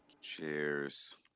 Cheers